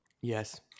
Yes